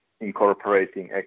incorporating